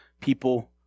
people